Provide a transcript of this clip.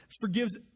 forgives